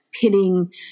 pitting